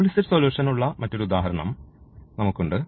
implicit സൊലൂഷനുള്ള മറ്റൊരു ഉദാഹരണം നമുക്ക് ഉണ്ട്